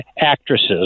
actresses